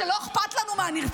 ואמרה שלא אכפת לנו מהנרצחים.